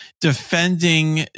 defending